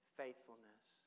faithfulness